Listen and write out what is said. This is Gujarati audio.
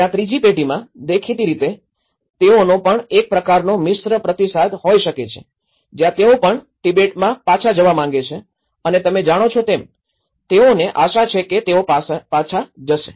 જ્યાં ત્રીજી પેઢીમાં દેખીતી રીતે તેઓનો પણ એક પ્રકારનો મિશ્ર પ્રતિસાદ હોઈ શકે છે કે જ્યાં તેઓ પણ તિબેટમાં પાછા જવા માગે છે અને તમે જાણો છો તેમ તેઓને આશા છે કે તેઓ પાછા જશે